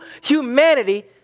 humanity